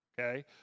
Okay